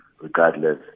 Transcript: regardless